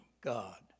God